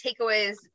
takeaways